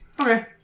Okay